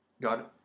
God